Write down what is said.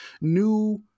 new